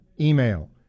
Email